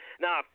Now